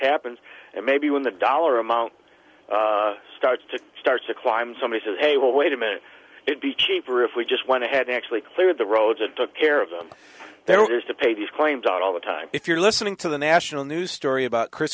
happens and maybe when the dollar amount starts to start to climb somebody says hey wait a minute it be cheaper if we just went ahead and actually cleared the roads and took care of them there is to pay these claims out all the time if you're listening to the national news story about chris